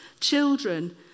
Children